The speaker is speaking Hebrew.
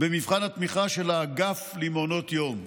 במבחן התמיכה של האגף למעונות יום.